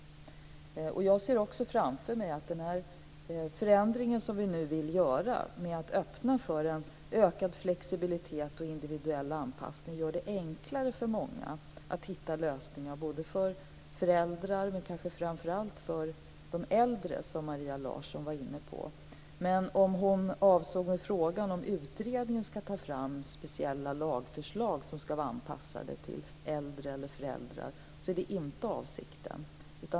Jag ser framför mig att den förändring som vi nu vill göra med att öppna för en ökad flexibilitet och individuell anpassning gör det enklare för många att hitta lösningar både för föräldrar och, kanske framför allt, för de äldre. Maria Larsson var inne på detta, men om hon med frågan avsåg huruvida utredningen ska ta fram speciella lagförslag som ska vara anpassade till äldre eller föräldrar kan jag svara att det inte är avsikten.